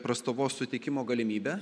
prastovos suteikimo galimybę